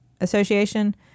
Association